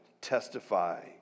testify